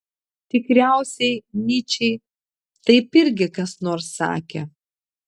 tikriausiai nyčei taip irgi kas nors sakė